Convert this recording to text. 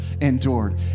endured